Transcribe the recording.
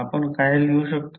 आपण काय लिहू शकतो